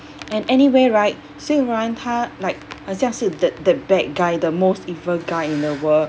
and anyway right 虽然他 like 很像是 that that bad guy the most evil guy in the world